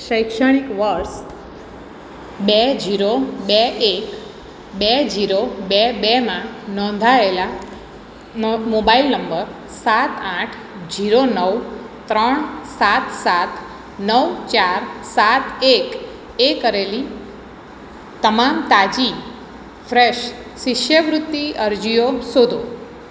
શૈક્ષણિક વર્ષ બે જીરો બે એક બે જીરો બે બેમાં નોંધાયેલા મો મોબાઈલ નંબર સાત આઠ જીરો નવ ત્રણ સાત સાત નવ ચાર સાત એક એ કરેલી તમામ તાજી ફ્રેશ શિષ્યવૃત્તિ અરજીઓ શોધો